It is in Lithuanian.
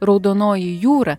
raudonoji jūra